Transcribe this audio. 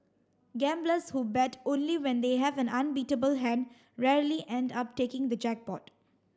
gamblers who bet only when they have an unbeatable hand rarely end up taking the jackpot